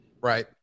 Right